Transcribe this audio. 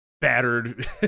battered